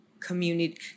community